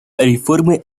реформы